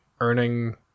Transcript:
earning